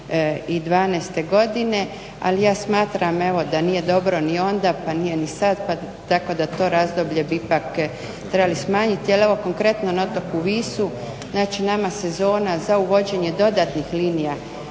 2012. godine ali ja smatram evo da nije dobro ni onda pa nije ni sada, tako da to razdoblje bi ipak trebali smanjiti. Ali evo konkretno na otoku Visu, znači nama sezona za uvođenje dodatnih linija